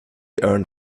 earned